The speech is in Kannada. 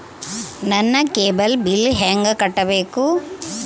ನನ್ನ ಕೇಬಲ್ ಬಿಲ್ ಹೆಂಗ ಕಟ್ಟಬೇಕು?